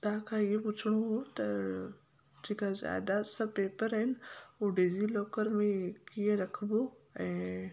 तव्हां खां इहो पुछिणो हुओ त जेका जायदाद जा पेपर आहिनि हू डिज़ीलॉकर में कीअं रखिबो ऐं